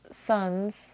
sons